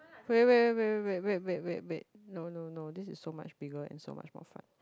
wait wait wait wait wait wait no no no this is so much bigger and so much more fun